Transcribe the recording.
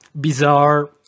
bizarre